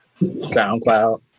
SoundCloud